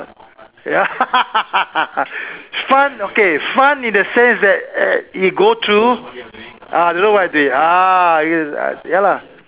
yup fun okay fun in the sense that you go through ah don't know what is it ah ya lah